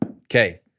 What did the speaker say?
Okay